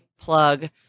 plug